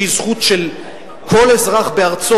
שהיא זכות של כל אזרח בארצו,